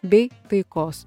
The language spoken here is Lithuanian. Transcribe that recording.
bei taikos